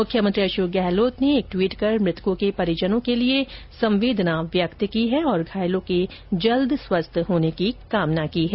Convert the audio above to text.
मुख्यमंत्री अशोक गहलोत ने एक ट्वीट कर मृतकों के परिजनों के लिए संवेदना व्यक्त की है और घायलों के जल्द स्वस्थ होने की कामना की है